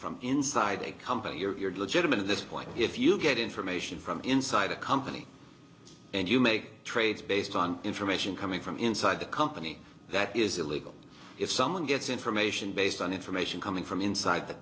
from inside a company you're de legitimize this point if you get information from inside a company and you make trades based on information coming from inside the company that is illegal if someone gets information based on information coming from inside the